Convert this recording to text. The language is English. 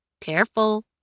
Careful